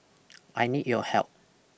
I need your help